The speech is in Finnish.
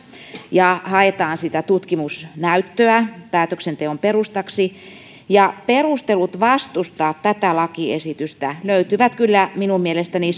ja haetaan sitä tutkimusnäyttöä päätöksenteon perustaksi perustelut vastustaa tätä lakiesitystä löytyvät kyllä minun mielestäni